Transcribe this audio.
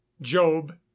job